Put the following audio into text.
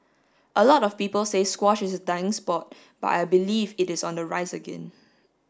a lot of people say squash is a dying sport but I believe it is on the rise again